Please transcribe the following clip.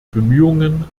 bemühungen